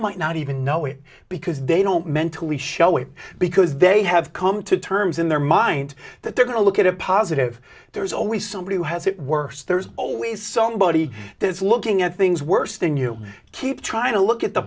might not even know it because they don't mentally show it because they have come to terms in their mind that they're going to look at a positive there's always somebody who has it worse there's always somebody that's looking at things worse than you keep trying to look at the